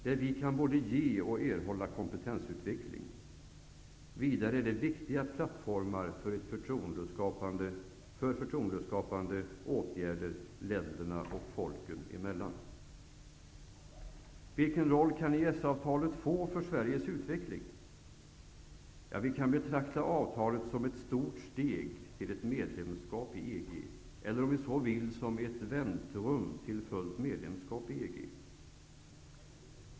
Där kan vi både ge och erhålla kompetensutveckling. Vidare är det viktiga plattformar för förtroendeskapande åtgärder länderna och folken emellan. Vilken roll kan EES-avtalet få för Sveriges utveckling? Vi kan betrakta avtalet som ett stort steg till ett medlemskap i EG eller, om vi så vill, som ett väntrum till fullt medlemskap i EG.